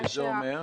שזה אומר?